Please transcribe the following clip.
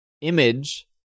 image